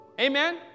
Amen